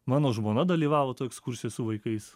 mano žmona dalyvavo toj ekskursijoj su vaikais